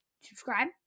subscribe